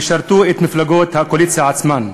שישרתו את מפלגות הקואליציה עצמן,